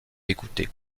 écouté